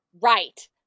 Right